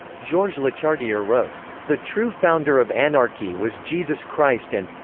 georges lechartier wrote the true founder of anarchy was jesus christ and